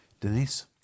Denise